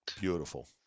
beautiful